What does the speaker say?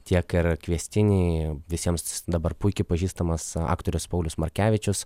tiek ir kviestiniai visiems dabar puikiai pažįstamas aktorius paulius markevičius